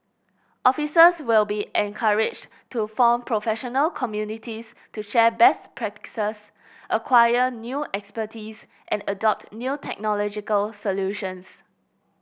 officers will be encouraged to form professional communities to share best practices acquire new expertise and adopt new technological solutions